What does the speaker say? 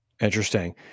Interesting